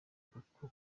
kuko